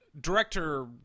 director